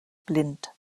blind